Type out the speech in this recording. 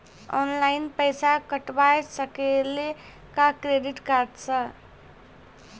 Online पैसा कटवा सकेली का क्रेडिट कार्ड सा?